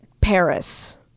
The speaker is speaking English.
Paris